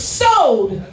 sold